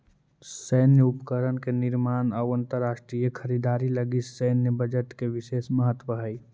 सैन्य उपकरण के निर्माण अउ अंतरराष्ट्रीय खरीदारी लगी सैन्य बजट के विशेष महत्व हई